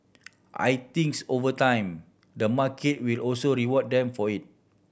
I thinks over time the market will also reward them for it